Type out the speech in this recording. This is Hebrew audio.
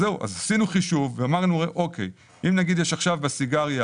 עשינו חישוב ואמרנו שאם נגיד יש עכשיו בסיגריה